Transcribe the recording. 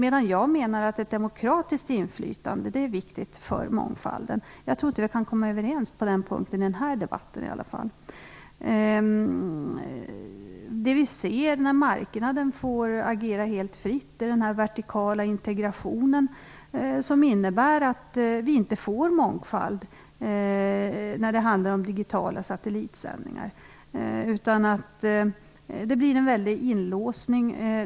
Jag menar däremot att ett demokratiskt inflytande är viktigt för mångfalden. Jag tror inte att vi kan komma överens på den punkten i den här debatten. När marknaden får agera fritt ser vi den vertikala integrationen som innebär att vi inte får mångfald när det handlar om digitala satellitsändningar. Det blir en inlåsning.